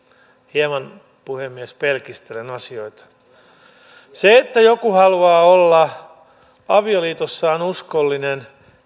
hieman puhemies pelkistelen asioita kukaan ei ajattele että se että joku haluaa olla avioliitossaan uskollinen